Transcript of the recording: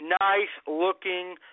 nice-looking